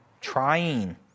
trying